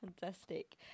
Fantastic